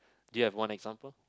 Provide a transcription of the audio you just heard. do you have one example